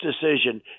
decision